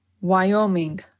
Wyoming